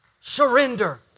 surrender